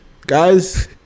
guys